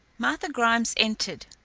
martha grimes entered.